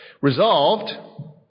Resolved